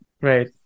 Right